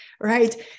right